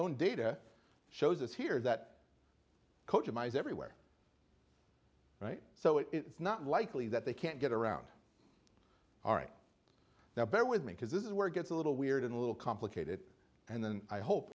own data shows us here that is everywhere so it's not likely that they can't get around all right now bear with me because this is where it gets a little weird and a little complicated and then i hope